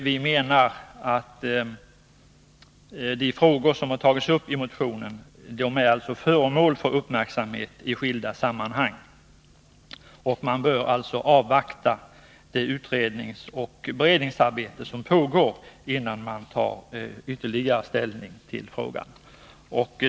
Vi menar att de frågor som har tagits upp i motionen är föremål för uppmärksamhet i skilda sammanhang. Man bör alltså avvakta det utredningsoch beredningsarbete som pågår innan man tar ytterligare ställning till frågan.